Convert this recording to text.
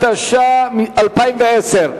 התש"ע 2010,